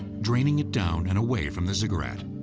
draining it down and away from the ziggurat.